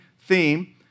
theme